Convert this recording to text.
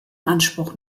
anspruch